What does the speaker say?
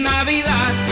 Navidad